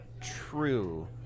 true